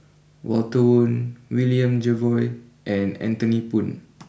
Walter Woon William Jervois and Anthony Poon